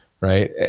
right